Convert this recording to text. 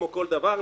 כמו כל דבר,